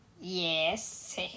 Yes